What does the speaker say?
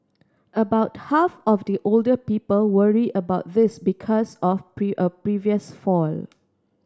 about half of the older people worry about this because of a previous fall